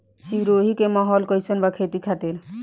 सिरोही के माहौल कईसन बा खेती खातिर?